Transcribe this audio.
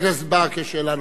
לחבר הכנסת ברכה שאלה נוספת,